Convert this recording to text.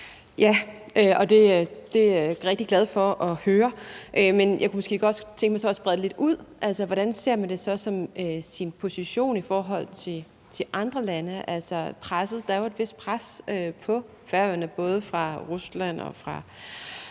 Ja, og det er jeg rigtig glad for at høre. Men jeg kunne måske godt tænke mig så at sprede det lidt ud. Altså, hvordan ser man sin position i forhold til andre lande? Der er jo et vist pres på Færøerne, både fra Rusland og fra